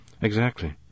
Exactly